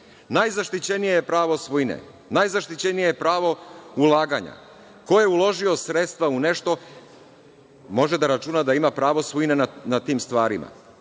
najzaštićenije je pravo svojine, najzaštićenije je pravo ulaganja. Ko je uložio sredstva u nešto može da računa da ima pravo svojine nad tim stvarima.